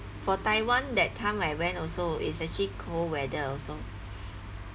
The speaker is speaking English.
for taiwan that time I went also it's actually cold weather also